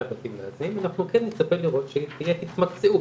בתים מאזנים אנחנו כן נצפה לראות שתהיה התמקצעות,